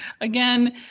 again